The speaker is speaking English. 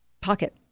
pocket